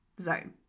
zone